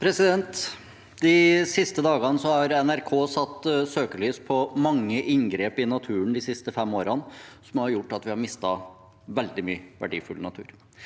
De siste dagene har NRK satt søkelyset på mange inngrep i naturen de siste fem årene som har gjort at vi har mistet veldig mye verdifull natur.